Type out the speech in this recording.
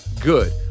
good